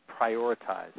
prioritize